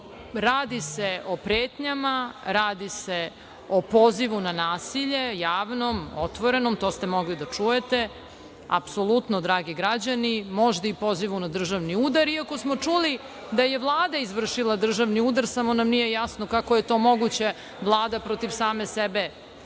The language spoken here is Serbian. radi se o pretnjama, radi se o pozivu na nasilje javnom, otvorenom. To ste mogli da čujete. Apsolutno, dragi građani, možda i pozivu na državni udar, iako smo čuli da je Vlada izvršila državni udar, samo nam nije jasno kako je to moguće Vlada protiv same sebe